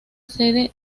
sede